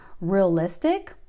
realistic